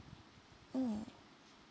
mm